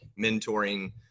mentoring